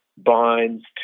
binds